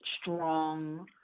strong